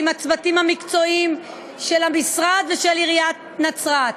עם הצוותים המקצועיים של המשרד ושל עיריית נצרת.